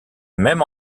même